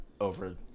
over